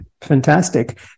fantastic